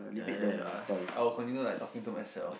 ya ya ya ask I'll continue like talking to myself